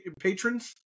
patrons